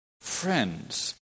friends